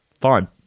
Fine